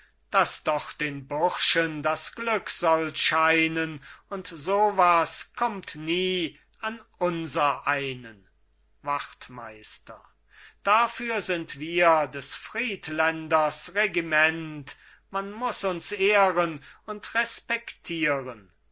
daß doch den burschen das glück soll scheinen und so was kommt nie an unsereinen wachtmeister dafür sind wir des friedländers regiment man muß uns ehren und respektieren